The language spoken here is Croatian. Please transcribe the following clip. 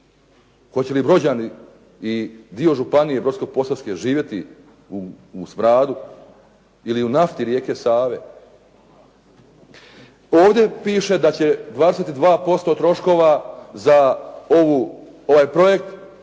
Hoće li Brođani i dio Županije brodsko-posavske živjeti u smradu ili u nafti rijeke Save? Ovdje piše da će 22% troškova za ovaj projekt